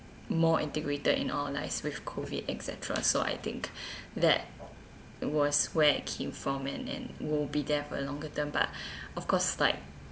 more integrated and aligns with COVID etcetera so I think that was where it came from and and will be there for a longer term but of course like